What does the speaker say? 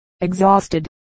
Exhausted